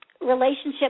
relationship